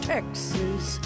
Texas